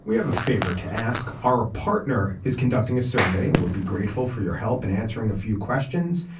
we have a favor to ask. our partner is conducting a survey and would be grateful for your help in and answering a few questions.